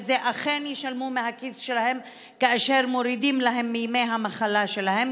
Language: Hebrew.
וזה אכן תשלום מהכיס שלהם כאשר מורידים להם מימי המחלה שלהם.